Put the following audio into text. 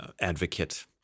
advocate